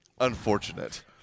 unfortunate